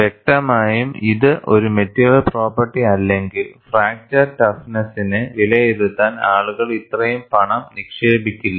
വ്യക്തമായും ഇത് ഒരു മെറ്റീരിയൽ പ്രോപ്പർട്ടി അല്ലെങ്കിൽ ഫ്രാക്ചർ ടഫ്നെസ്സിനെ വിലയിരുത്താൻ ആളുകൾ ഇത്രയും പണം നിക്ഷേപിക്കില്ല